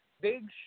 Big